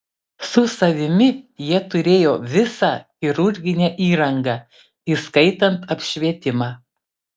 su savimi jie turėjo visą chirurginę įrangą įskaitant apšvietimą